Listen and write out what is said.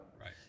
Right